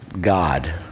God